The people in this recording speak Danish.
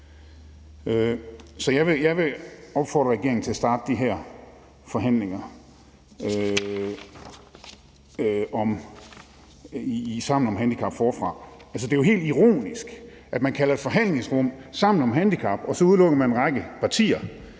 Så jeg vil opfordre regeringen til at starte de her forhandlinger i Sammen om handicap forfra. Det er jo helt ironisk, at man kalder et forhandlingsrum Sammen om handicap, og så udelukker man en række partier.